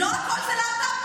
לא הכול זה להט"ב.